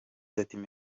putin